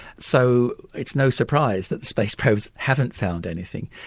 so it's no surprise that the space probes haven't found anything.